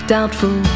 Doubtful